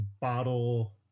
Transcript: bottle